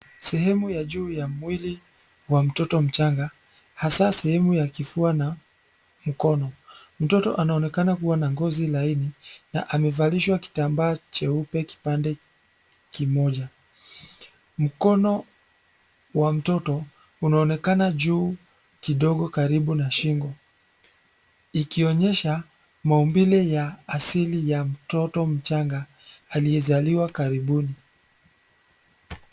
Sehemu ya juu ya mwili wa mtoto mchanga ,hasa sehemu ya kifua na mkono. Mtoto anaonekana kuwa na ngozi laini na amevalishwa kitambaa cheupe kipande kimoja .Mkono wa mtoto unaonekana juu kidogo karibu na shingo ikionyesha maumbile ya asili ya mtoto mchanga aliyezaliwa karibuni.